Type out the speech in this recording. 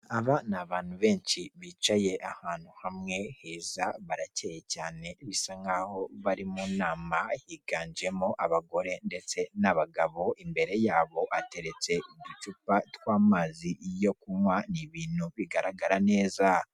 Aba ni abantu benshi bicaye ahantu hamwe heza barakeye cyane bisa nkaho bari mu nama, higanjemo abagore ndetse n'abagabo. Imbere yabo hateretse uducupa t tw'amazi yo kunywa, ni ibintu bigaragara neza.